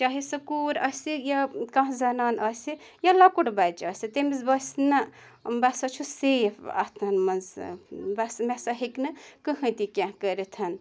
چاہے سۄ کوٗر آسہِ یا کانٛہہ زَنان آسہِ یا لۄکُٹ بَچہِ آسہِ تٔمِس باسہِ نہ بہٕ ہَسا چھُس سیف اَتھَن منٛز بَس مےٚ سا ہیٚکہِ نہٕ کٕہٕنۍ تہِ کینٛہہ کٔرِتھ